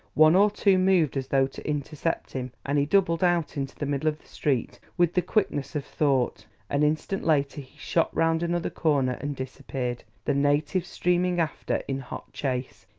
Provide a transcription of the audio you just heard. one or two moved as though to intercept him, and he doubled out into the middle of the street with the quickness of thought an instant later he shot round another corner and disappeared, the natives streaming after in hot chase,